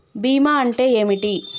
బీమా అంటే ఏమిటి?